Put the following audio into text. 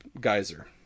geyser